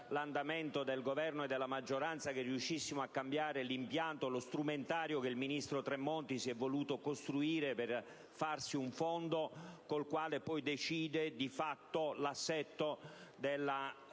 l'orientamento del Governo e della maggioranza - l'impianto, lo strumentario che il ministro Tremonti si è voluto costruire per farsi un fondo, con il quale poi decide di fatto l'assetto della attività